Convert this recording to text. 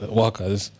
workers